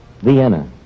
Vienna